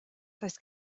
does